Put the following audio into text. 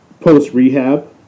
post-rehab